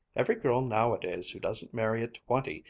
every girl nowadays who doesn't marry at twenty,